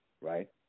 right